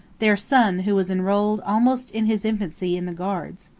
their son, who was enrolled almost in his infancy in the guards,